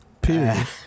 Period